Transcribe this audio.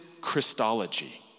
Christology